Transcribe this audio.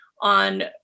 on